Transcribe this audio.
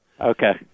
Okay